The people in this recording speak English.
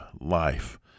life